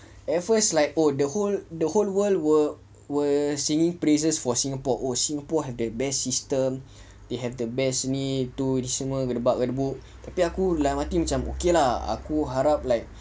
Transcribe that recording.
at first macam the whole the whole world were were singing praises for singapore oh singapore have their best system they have the best ini itu ini semua gedebak gedebuk tapi aku dalam hati macam okay lah aku harap that like